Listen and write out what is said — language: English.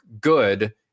good